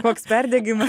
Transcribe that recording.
koks perdegimas